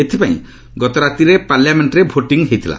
ଏଥିପାଇଁ ଗତରାତିରେ ପାର୍ଲାମେଙ୍କରେ ଭୋଟିଂ ହୋଇଥିଲା